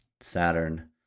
Saturn